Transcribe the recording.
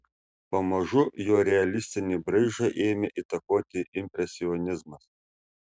pamažu jo realistinį braižą ėmė įtakoti impresionizmas